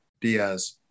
Diaz